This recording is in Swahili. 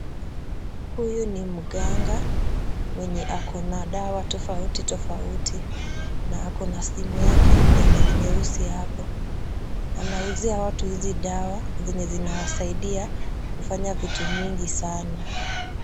Huyu ni mganga mwenye ako na dawa tofauti tofauti na ako na simu yake yenye ni nyeusi hapo. Anauzia watu hizi dawa zenye zinawasaidia kufanya vitu mingi sana.